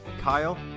Kyle